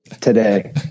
today